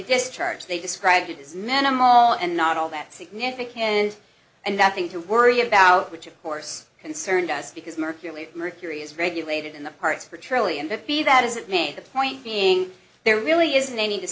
discharge they described it as minimal and not all that significant and nothing to worry about which of course concerned us because mercury mercury is regulated in the parts per trillion to be that as it may the point being there really isn't any of th